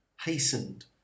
hastened